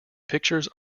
pictures